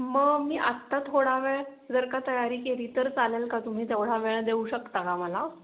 मग मी आत्ता थोडा वेळ जर का तयारी केली तर चालेल का तुम्ही तेवढा वेळ देऊ शकता का मला